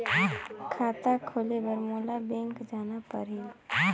खाता खोले बर मोला बैंक जाना परही?